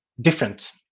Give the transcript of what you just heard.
different